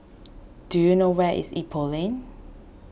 do you know where is Ipoh Lane